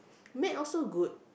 matte also good